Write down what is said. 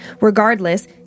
Regardless